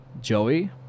Joey